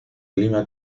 clima